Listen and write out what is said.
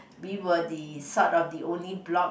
we were the sort of the only block